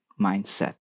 mindset